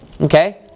Okay